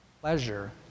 pleasure